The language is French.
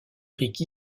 ricky